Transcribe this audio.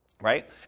right